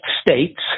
states